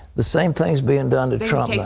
the same thing is being done to trump.